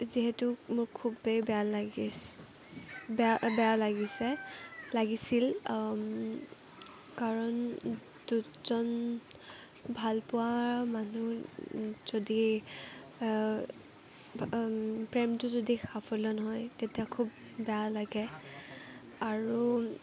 যিহেতু মোৰ খুবেই বেয়া লাগিছ বেয়া লাগিছে লাগিছিল কাৰণ দুজন ভালপোৱাৰ মানুহ যদি প্ৰেমটো যদি সাফল্য নহয় তেতিয়া খুব বেয়া লাগে আৰু